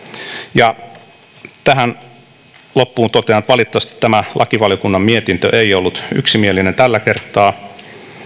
ja tähän loppuun totean että valitettavasti tämä lakivaliokunnan mietintö ei ollut yksimielinen tällä kertaa